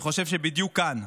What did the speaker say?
אני חושב שבדיוק כאן,